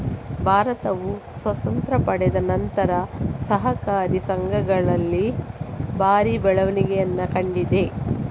ಭಾರತವು ಸ್ವಾತಂತ್ರ್ಯ ಪಡೆದ ನಂತರ ಸಹಕಾರಿ ಸಂಘಗಳಲ್ಲಿ ಭಾರಿ ಬೆಳವಣಿಗೆಯನ್ನ ಕಂಡಿದೆ